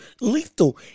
lethal